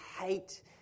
hate